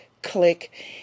click